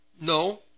No